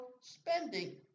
spending